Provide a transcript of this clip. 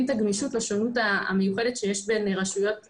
את הגמישות לשונות המיוחדת שיש בין רשויות שונות.